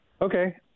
Okay